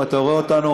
אם אתה רואה אותנו,